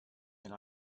and